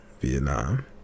vietnam